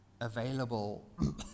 available